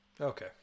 Okay